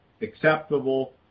acceptable